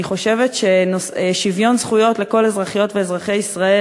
אני חושבת ששוויון זכויות לכל אזרחיות ואזרחי ישראל